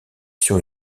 sur